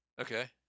okay